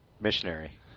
Missionary